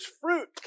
fruit